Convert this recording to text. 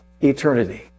eternity